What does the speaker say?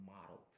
modeled